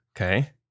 Okay